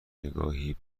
نگاهی